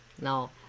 Now